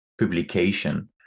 publication